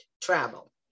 travel